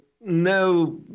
no